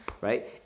Right